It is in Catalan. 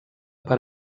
per